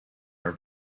are